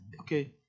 Okay